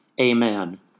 Amen